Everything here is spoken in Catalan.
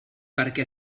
perquè